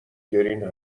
گرین